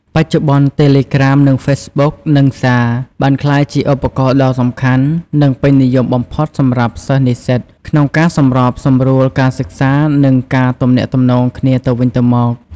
បច្ចុប្បន្ន តេឡេក្រាម និង ហ្វេសបុក និង សារ បានក្លាយជាឧបករណ៍ដ៏សំខាន់ និងពេញនិយមបំផុតសម្រាប់សិស្សនិស្សិតក្នុងការសម្របសម្រួលការសិក្សា និងការទំនាក់ទំនងគ្នាទៅវិញទៅមក។